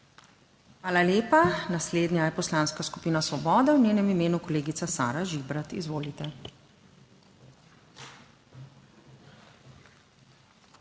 Hvala lepa. Naslednja je Poslanska skupina Svoboda, v njenem imenu kolegica Sara Žibert, izvolite.